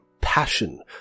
passion